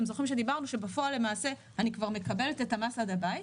אתם זוכרים שדיברנו שבפועל למעשה אני כבר מקבלת את המס עד הבית,